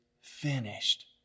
finished